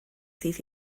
ddydd